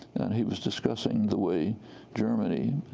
and he was discussing the way germany